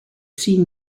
seen